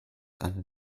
under